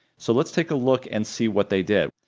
so let's take a look and see what they did.